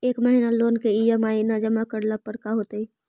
एक महिना लोन के ई.एम.आई न जमा करला पर का होतइ?